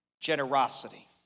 generosity